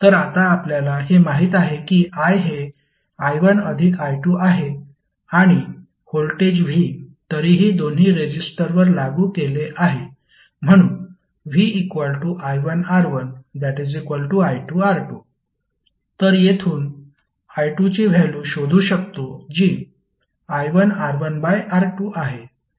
तर आता आपल्याला हे माहित आहे की i हे i1 अधिक i2 आहे आणि व्होल्टेज v तरीही दोन्ही रेजिस्टरवर लागू केले आहे म्हणून vi1R1i2R2 तर येथून i2 ची व्हॅल्यु शोधू शकतो जी i1R1R2 आहे